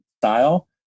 style